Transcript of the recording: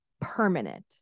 permanent